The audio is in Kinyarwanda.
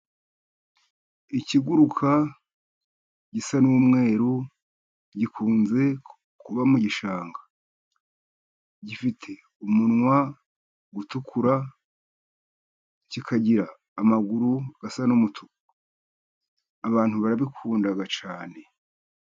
Ikiguruka gisa n'umweru, gikunze kuba mu gishanga. Gifite umunwa utukura, kikagira amaguru asa n'umutuku. Abantu barabikunda cyane.